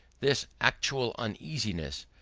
this actual uneasiness,